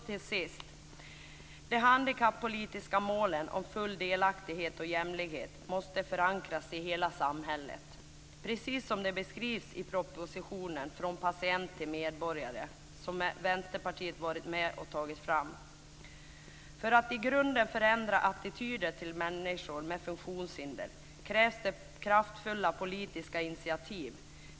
Till sist: De handikappolitiska målen om full delaktighet och jämlikhet måste förankras i hela samhället - precis som det beskrivs i propositionen Från patient till medborgare som Vänsterpartiet har varit med om att ta fram. För att i grunden förändra attityder till människor med funktionshinder krävs det kraftfulla politiska initiativ.